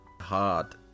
Hard